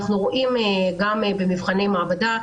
אנחנו רואים גם במבחני מעבדה,